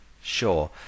sure